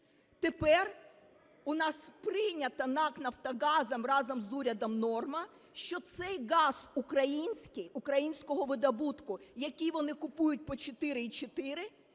Тепер у нас прийнята НАК "Нафтогазом" разом з урядом норма, що цей газ український українського видобутку, який вони купують по 4,4